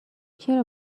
چرا